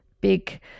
big